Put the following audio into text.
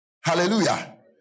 Hallelujah